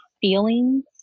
feelings